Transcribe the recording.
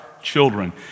Children